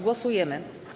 Głosujemy.